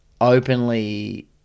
openly